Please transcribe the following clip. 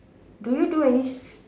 do you do any